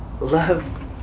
love